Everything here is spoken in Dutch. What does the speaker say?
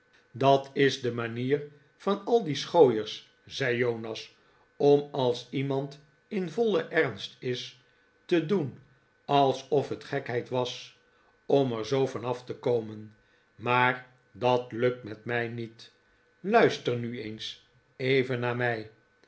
dat is de manier van al die schooiers zei jonas om als iemand in vollen ernst is te doen alsof het gekheid was om er zoo van af te komen maar dat lukt met mij niet luister nu eens even naar mij